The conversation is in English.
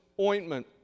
ointment